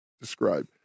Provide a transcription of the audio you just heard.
describe